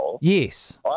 yes